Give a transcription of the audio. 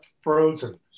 frozen